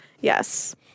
Yes